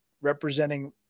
representing